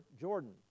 Jordan